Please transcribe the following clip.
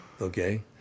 Okay